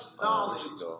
knowledge